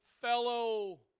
fellow